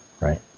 right